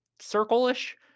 circle-ish